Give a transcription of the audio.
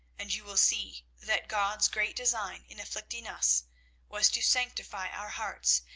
and you will see that god's great design in afflicting us was to sanctify our hearts,